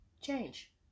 change